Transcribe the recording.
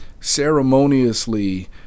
ceremoniously